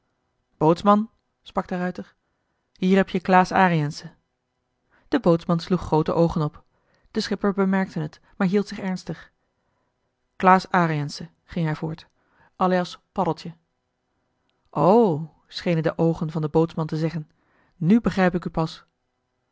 bootsman sprak de ruijter hier heb-je klaas ariensze de bootsman sloeg groote oogen op de schipper bemerkte het maar hield zich ernstig klaas ariensze ging hij voort alias paddeltje o schenen de oogen van den bootsman te zeggen nu begrijp ik u pas